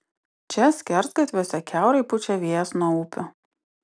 čia skersgatviuose kiaurai pučia vėjas nuo upių